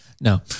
No